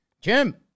Jim